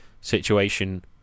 situation